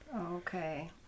Okay